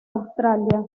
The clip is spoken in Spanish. australia